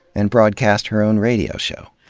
and broadcast her own radio show.